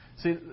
See